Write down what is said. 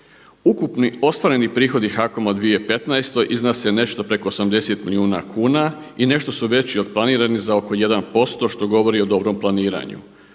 Ukupni ostvareni prihodi HAKOM-a u 2015. iznose nešto preko 80 milijuna kuna i nešto su veći od planiranih za oko 1% što govori o dobrom planiranju.